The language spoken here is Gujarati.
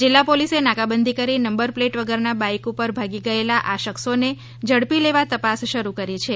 જિલ્લા પોલીસે નાકાબંધી કરી નંબર પ્લેટ વગરના બાઈક ઉપર ભાગી ગયેલા આ શખ્સોને ઝડપી લેવા તપાસ શરૂ કરી છે